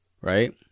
Right